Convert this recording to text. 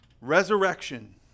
resurrection